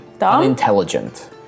...unintelligent